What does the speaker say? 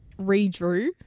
redrew